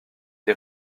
des